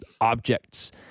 objects